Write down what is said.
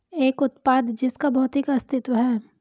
एक उत्पाद जिसका भौतिक अस्तित्व है?